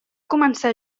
començar